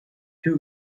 two